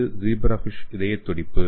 இது ஜீப்ராஃபிஷ் இதய துடிப்பு